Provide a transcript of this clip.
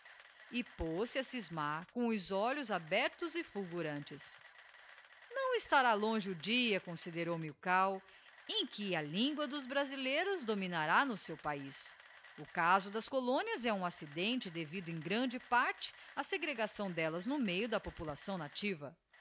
e poz-se a scismar com os olhos abertos e fulgurantes não estará longe o dia considerou milkau em que a lingua dos brasileiros dominará no seu paiz o caso das colónias é um accidente devido em grande parte á segregação d'ellas no meio da população nativa